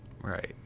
Right